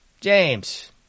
James